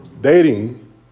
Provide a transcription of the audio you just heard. Dating